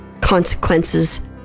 consequences